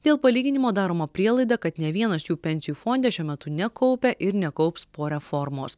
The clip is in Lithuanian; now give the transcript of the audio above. dėl palyginimo daroma prielaida kad nė vienas jų pensijų fonde šiuo metu nekaupia ir nekaups po reformos